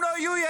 רבה.